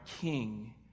king